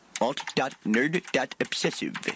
Alt.nerd.obsessive